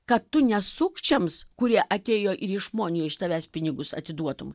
kad tu ne sukčiams kurie atėjo ir išmonijo iš tavęs pinigus atiduotum